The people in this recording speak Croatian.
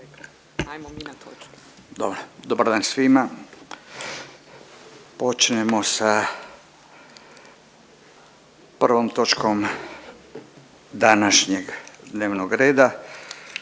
Dobar dan svima. Počnemo sa prvom točkom današnjeg dnevnog reda.